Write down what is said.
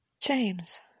James